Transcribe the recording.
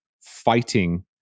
fighting